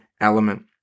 element